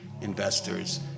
investors